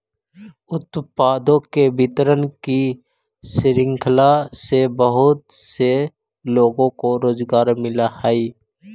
उत्पादों के वितरण की श्रृंखला से बहुत से लोगों को रोजगार मिलअ हई